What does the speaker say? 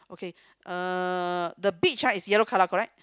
okay uh the beach ah is yellow colour correct